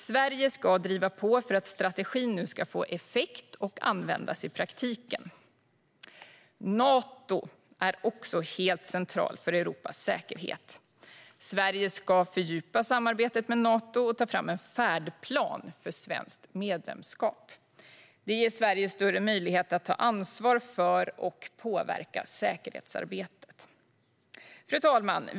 Sverige ska driva på för att strategin nu ska få effekt och användas i praktiken. Nato är också helt centralt för Europas säkerhet. Sverige ska fördjupa samarbetet med Nato och ta fram en färdplan för svenskt medlemskap. Det ger Sverige större möjligheter att ta ansvar för och påverka säkerhetssamarbetet. Fru talman!